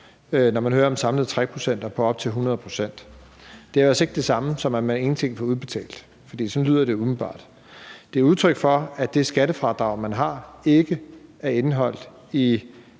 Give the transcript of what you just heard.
når man hører om samlede trækprocenter på op til 100 pct., men det er altså ikke det samme, som at man ingenting får udbetalt, for sådan lyder det umiddelbart. Det er udtryk for, at det skattefradrag, man har, ikke er indeholdt i